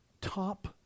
top